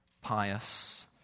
pious